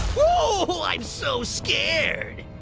i'm so scared!